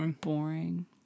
boring